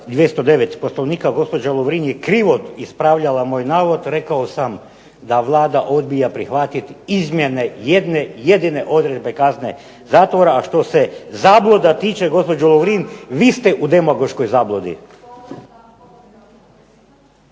209. Poslovnika gospođa Lovrin je krivo ispravljala moj navod, rekao sam da Vlada odbija prihvatiti izmjene jedne jedine odredbe kazne zatvora, a što se zabluda tiče gospođo Lovrin vi ste u demagoškoj zabludi.